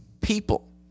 people